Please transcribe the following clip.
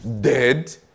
Dead